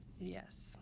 Yes